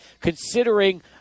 considering